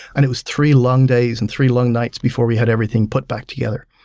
and it was three long days and three long nights before we had everything put back together.